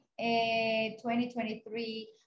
2023